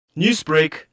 Newsbreak